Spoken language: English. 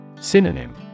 Synonym